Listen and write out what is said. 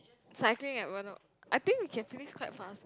cycling at bedok I think we can finish quite fast